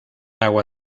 agua